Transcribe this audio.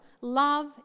Love